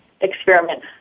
experiment